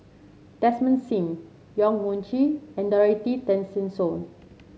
Desmond Sim Yong Mun Chee and Dorothy Tessensohn